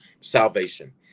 salvation